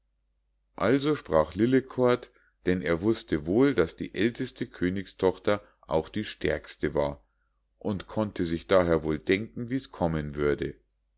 also sprach lillekort denn er wußte wohl daß die älteste königstochter auch die stärkste war und konnte sich daher wohl denken wie's kommen würde